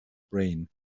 brain